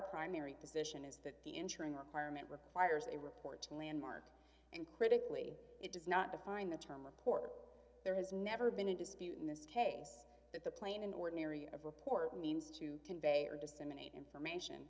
primary position is that the ensuring requirement requires a report to landmark and critically it does not define the term report there has never been a dispute in this case that the plane an ordinary of report means to convey or disseminate information